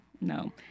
No